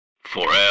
Forever